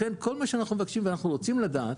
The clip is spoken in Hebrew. לכן כל מה שאנחנו מבקשים ואנחנו רוצים לדעת,